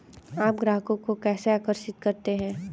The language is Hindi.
आप ग्राहकों को कैसे आकर्षित करते हैं?